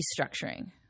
restructuring